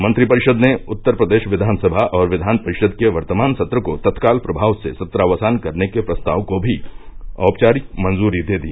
मंत्रिपरिषद ने उत्तर प्रदेश विधानसभा और विधान परिषद के वर्तमान सत्र को तत्काल प्रमाव से संत्रावसान करने के प्रस्ताव को भी औपचारिक मंजूरी दे दी